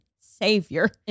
savior